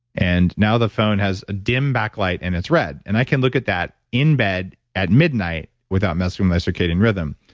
and now the phone has a dim backlight and it's red. and i can look at that in bed at midnight without messing my circadian rhythm.